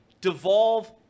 devolve